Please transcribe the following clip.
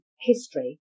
history